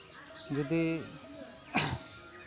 ᱡᱚᱫᱤ